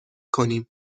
کنیم